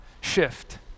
shift